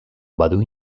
badu